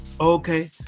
Okay